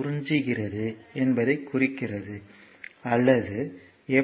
உறிஞ்சுகிறது என்பதைக் குறிக்கிறது அல்லது எப்போது p vi